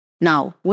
Now